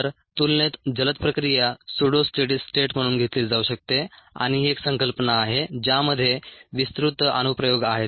तर तुलनेत जलद प्रक्रिया सुडो स्टेडी स्टेट म्हणून घेतली जाऊ शकते आणि ही एक संकल्पना आहे ज्यामध्ये विस्तृत अनुप्रयोग आहेत